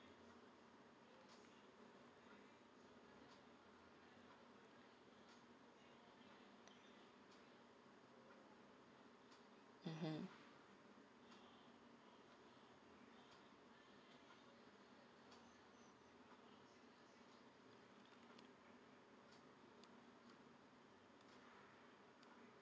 mmhmm